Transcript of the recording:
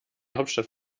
hauptstadt